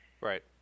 right